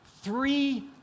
Three